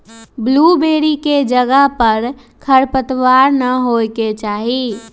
blueberry के जगह पर खरपतवार न होए के चाहि